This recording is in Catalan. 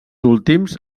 últims